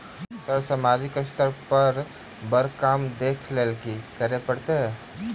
Sir सामाजिक स्तर पर बर काम देख लैलकी करऽ परतै?